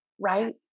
Right